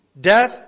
Death